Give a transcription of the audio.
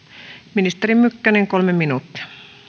ministeri mykkänen kolme minuuttia arvoisa